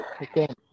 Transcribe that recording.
again